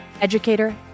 educator